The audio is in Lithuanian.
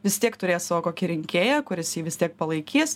vis tiek turės savo kokį rinkėją kuris jį vis tiek palaikys